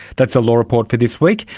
that's the law report for this week.